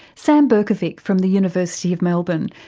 sam berkovic from the university of melbourne,